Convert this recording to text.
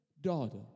Daughter